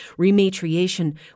Rematriation